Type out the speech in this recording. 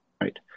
right